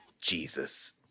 Jesus